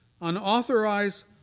unauthorized